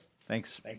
Thanks